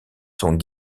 sont